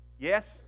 Yes